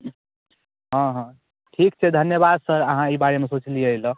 हँ हँ ठीक छै धन्यवाद सर आहाँ ई बारेमे सोचलयै अइ लए